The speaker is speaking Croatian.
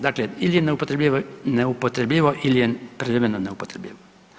Dakle, ili je neupotrebljivo ili je privremeno neupotrebljivo.